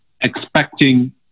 expecting